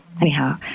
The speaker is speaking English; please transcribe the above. anyhow